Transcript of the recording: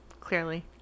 Clearly